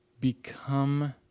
become